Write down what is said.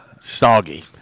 Soggy